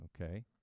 Okay